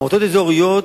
המועצות האזוריות